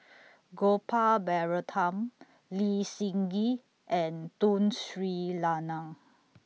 Gopal Baratham Lee Seng Gee and Tun Sri Lanang